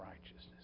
righteousness